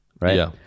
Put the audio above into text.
right